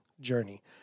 journey